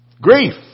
Grief